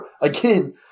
Again